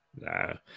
No